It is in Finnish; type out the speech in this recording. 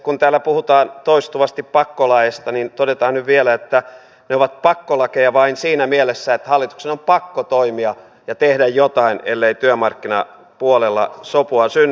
kun täällä puhutaan toistuvasti pakkolaeista niin todetaan nyt vielä että ne ovat pakkolakeja vain siinä mielessä että hallituksen on pakko toimia ja tehdä jotain ellei työmarkkinapuolella sopua synny